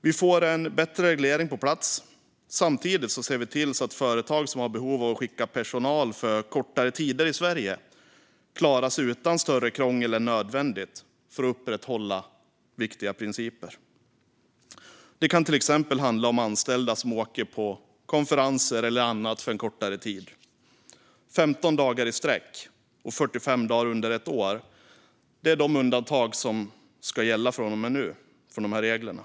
Vi får en bättre reglering på plats samtidigt som vi ser till att företag som har behov av att skicka personal för kortare tider i Sverige klarar sig utan större krångel än nödvändigt, för att upprätthålla viktiga principer. Det kan till exempel handla om anställda som åker på konferenser eller annat för en kortare tid. Från och med nu är 15 dagar i sträck och 45 dagar under ett år de undantag som ska gälla från reglerna.